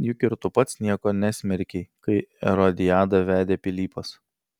juk ir tu pats nieko nesmerkei kai erodiadą vedė pilypas